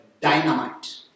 dynamite